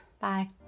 Bye